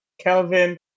Kelvin